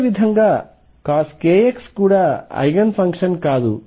అదేవిధంగా cos kx కూడా eigen function కాదు